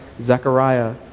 Zechariah